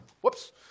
whoops